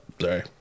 sorry